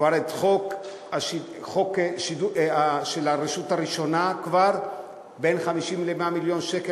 כבר חוק הרשות הראשונה בין 50 ל-100 מיליון שקל,